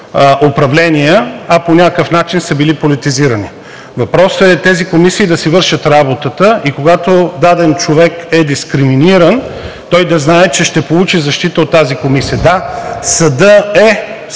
а по някакъв начин са били политизирани. Въпросът е тези комисии да си вършат работата и когато даден човек е дискриминиран, той да знае, че ще получи защита от тази комисия. Да, съдът е